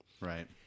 Right